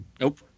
Nope